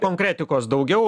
konkretikos daugiau